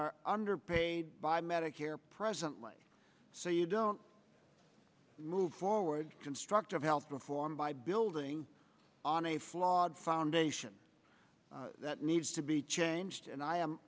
are underpaid by medicare presently so you don't move forward constructive health reform by building on a flawed foundation that needs to be changed and i am